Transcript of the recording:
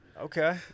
Okay